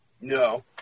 No